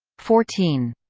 fourteen.